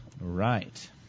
Right